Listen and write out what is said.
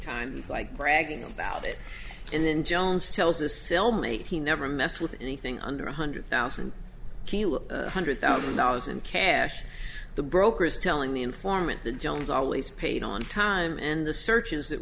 he's like bragging about it and then jones tells a cellmate he never mess with anything under one hundred thousand one hundred thousand dollars in cash the brokers telling the informant the jones always paid on time and the searches that